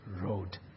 Road